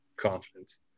confidence